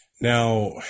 Now